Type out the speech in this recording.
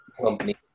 company